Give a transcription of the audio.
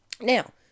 now